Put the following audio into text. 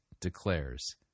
declares